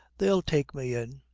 they'll take me in.